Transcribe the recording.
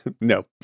No